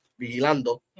Vigilando